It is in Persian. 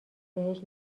بهش